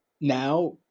now